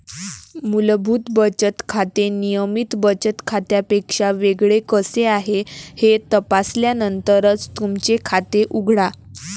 मूलभूत बचत खाते नियमित बचत खात्यापेक्षा वेगळे कसे आहे हे तपासल्यानंतरच तुमचे खाते उघडा